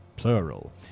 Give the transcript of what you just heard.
Plural